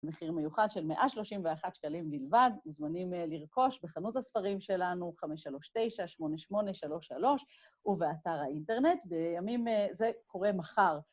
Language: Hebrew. מחיר מיוחד של 131 שקלים בלבד, מוזמנים לרכוש בחנות הספרים שלנו 539-8833 ובאתר האינטרנט. בימים אה... זה קורה מחר.